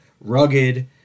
rugged